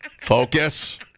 Focus